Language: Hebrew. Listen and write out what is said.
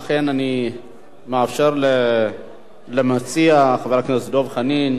אכן אני מאפשר למציע, חבר הכנסת דב חנין,